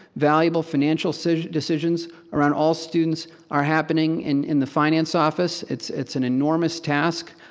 valuable financial so decisions around all students are happening in the finance office, it's it's an enormous task,